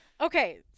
Okay